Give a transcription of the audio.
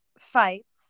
fights